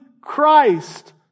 Christ